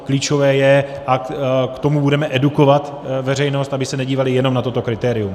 Klíčové je a k tomu budeme edukovat veřejnost, aby se nedívala jenom na toto kritérium.